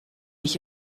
ich